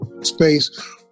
space